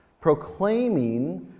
proclaiming